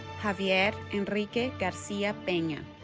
javier enrique garcia pena